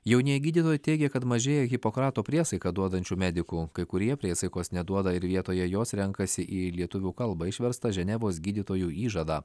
jaunieji gydytojai teigia kad mažėja hipokrato priesaiką duodančių medikų kai kurie priesaikos neduoda ir vietoje jos renkasi į lietuvių kalbą išverstą ženevos gydytojų įžadą